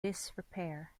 disrepair